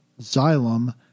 Xylem